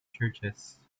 churches